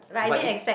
but it's